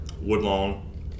Woodlawn